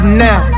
now